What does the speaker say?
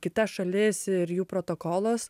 kita šalis ir jų protokolas